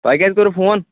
تۄہہِ کیٛازِ کوٚروٕ فون